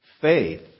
faith